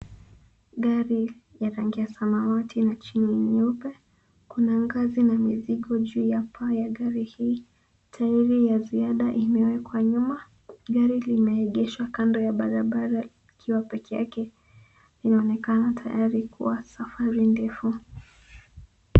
Gari ya rangi ya samawati na chini nyeupe. Kuna ngazi na mizigo juu ya paa ya gari hii. Tairi ya ziada imewekwa nyuma. Gari limeegeshwa kando ya barabara likiwa pekee yake. Inaonekana tayari kuwa safari ndefu.